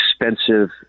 expensive